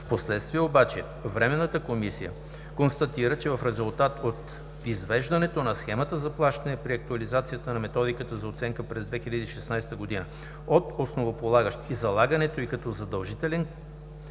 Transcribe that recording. Впоследствие обаче Временната комисия констатира, че в резултат от извеждането на схемата за плащане, при актуализацията на Методиката за оценка през 2016 г., от основополагащ и залагането й като задължителен